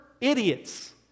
idiots